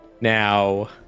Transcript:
Now